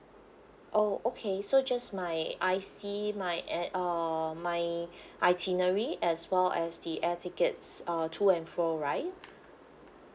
oh okay so just my I_C my and uh my itinerary as well as the air tickets uh to and fro right